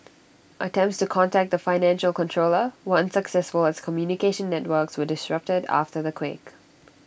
attempts to contact the financial controller were unsuccessful as communication networks were disrupted after the quake